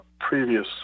previous